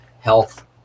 health